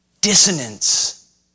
Dissonance